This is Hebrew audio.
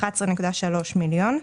11.3 מיליון שקלים.